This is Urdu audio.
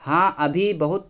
ہاں ابھی بہت